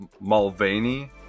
Mulvaney